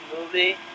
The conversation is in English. movie